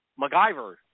macgyver